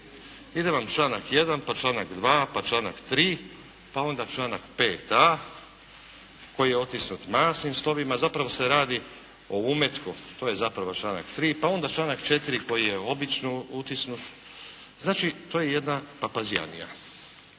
Ide vam članak 1., pa članak 2., pa članak 3., pa onda članak 5.a koji je otisnut masnim slovima a zapravo se radi o umetku, to je zapravo članak 3. Pa onda članak 4. koji je obično otisnut. Znači, to je jedna papazijanija.